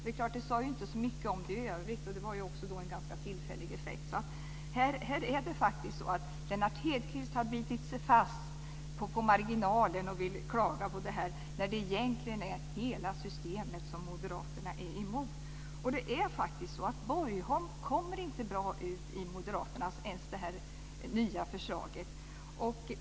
Det säger inte så mycket övrigt, och det är en ganska tillfällig effekt. Lennart Hedquist har bitit sig fast på marginalen och klagar när det egentligen är hela systemet som moderaterna är emot. Borgholm kommer inte bra ut ens enligt moderaternas nya förslag.